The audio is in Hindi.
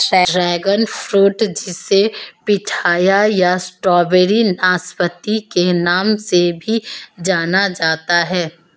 ड्रैगन फ्रूट जिसे पिठाया या स्ट्रॉबेरी नाशपाती के नाम से भी जाना जाता है